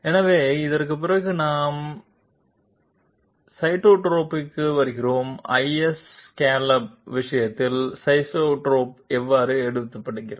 எனவே இதற்குப் பிறகு நாம் சைட்ஸ்டெப்பிற்கு வருகிறோம் iso ஸ்காலப் விஷயத்தில் சைட்ஸ்டெப் எவ்வாறு எடுக்கப்படுகிறது